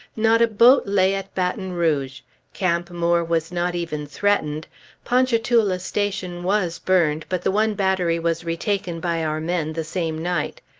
not a boat lay at baton rouge camp moore was not even threatened ponchatoula station was burned, but the one battery was retaken by our men the same night.